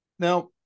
Now